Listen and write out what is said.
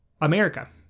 America